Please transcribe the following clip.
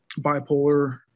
bipolar